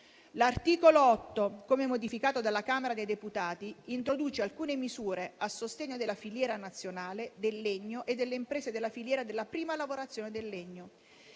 L'articolo 8, come modificato dalla Camera dei deputati, introduce alcune misure a sostegno della filiera nazionale del legno e delle imprese della filiera della prima lavorazione del legno.